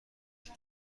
تیم